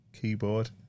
keyboard